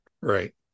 Right